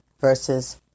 versus